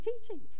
teaching